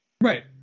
Right